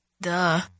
Duh